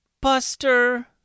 Buster